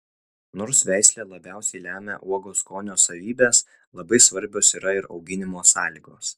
nors veislė labiausiai lemia uogos skonio savybes labai svarbios yra ir auginimo sąlygos